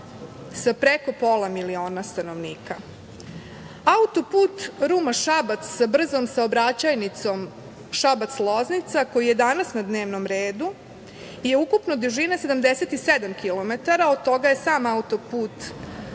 sa preko pola miliona stanovnika. Autoput Ruma-Šabac sa brzom saobraćajnicom Šabac-Loznica, koji je danas na dnevnom redu, je ukupne dužine 77 km, od toga je sam autoput 22 km